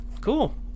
cool